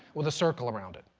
with a circle around it.